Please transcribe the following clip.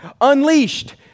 Unleashed